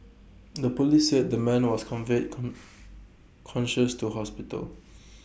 the Police said the man was conveyed con conscious to hospital